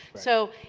so